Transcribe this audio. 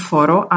Foro